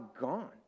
gone